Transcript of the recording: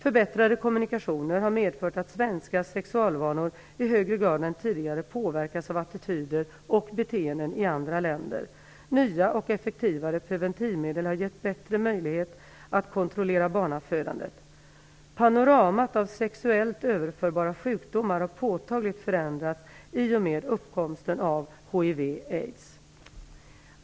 Förbättrade kommunikationer har medfört att svenskars sexualvanor i högre grad än tidigare påverkas av attityder och beteenden i andra länder. Nya och effektivare preventivmedel har gett bättre möjlighet att kontrollera barnafödandet. Panoramat av sexuellt överförbara sjukdomar har påtagligt förändrats i och med uppkomsten av hiv/aids.